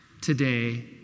today